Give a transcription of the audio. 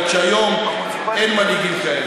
רק שהיום אין מנהיגים כאלה.